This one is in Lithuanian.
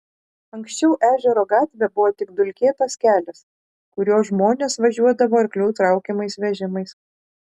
anksčiau ežero gatvė buvo tik dulkėtas kelias kuriuo žmonės važiuodavo arklių traukiamais vežimais